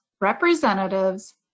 representatives